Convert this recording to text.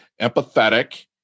empathetic